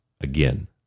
again